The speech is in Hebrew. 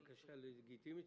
בקשה לגיטימית.